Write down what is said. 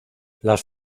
las